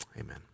Amen